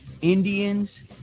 Indians